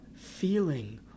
feeling